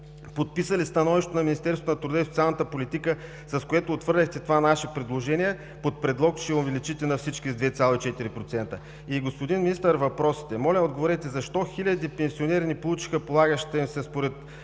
подписали становището на Министерството на труда и социалната политика, с което отхвърлихте това наше предложение под предлог, че ще увеличите на всички с 2,4%. И, господин Министър, въпросите: моля, отговорете защо хиляди пенсионери не получиха полагащата им се според